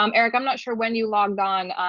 um eric, i'm not sure when you logged on,